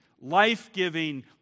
life-giving